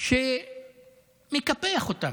שמקפחת אותם,